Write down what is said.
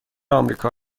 آمریکا